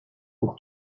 pour